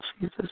Jesus